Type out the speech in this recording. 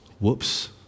Whoops